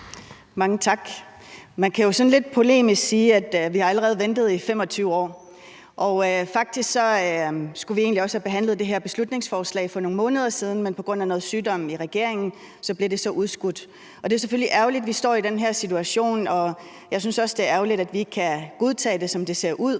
Mange tak. Man kan jo sådan lidt polemisk sige, at vi allerede har ventet i 25 år. Faktisk skulle vi egentlig også have behandlet det her beslutningsforslag for nogle måneder siden, men på grund af noget sygdom i regeringen blev det udskudt. Det er selvfølgelig ærgerligt, at vi står i den her situation, og jeg synes også, det er ærgerligt, at forslaget ikke kan blive godtaget, som det ser ud,